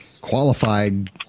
qualified